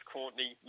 Courtney